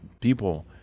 people